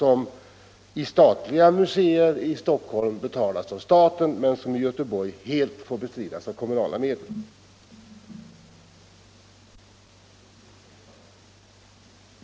I de statliga museerna i Stockholm betalas sådan verksamhet av staten, men i Göteborg får den helt bestridas med kommunala medel.